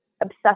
obsessed